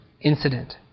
incident